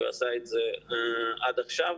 כי הוא עשה את זה עד עכשיו.